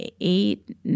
eight